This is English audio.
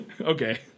okay